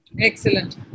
Excellent